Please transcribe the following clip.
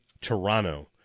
Toronto